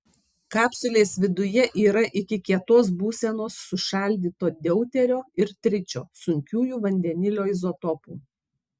kapsulės viduje yra iki kietos būsenos sušaldyto deuterio ir tričio sunkiųjų vandenilio izotopų